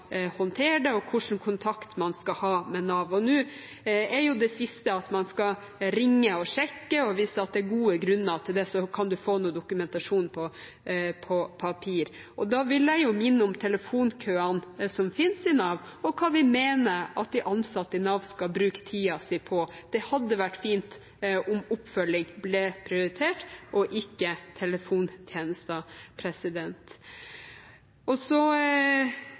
ha med Nav. Det siste er at man skal ringe og sjekke, og hvis det er gode grunner til det, kan man få dokumentasjon på papir. Da vil jeg minne om telefonkøene som finnes i Nav, og hva vi mener at de ansatte i Nav skal bruke tiden sin på. Det hadde vært fint om oppfølging ble prioritert, ikke telefontjenester. Representanten Ropstad fra Kristelig Folkeparti nevnte hvilke krøkkete og